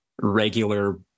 regular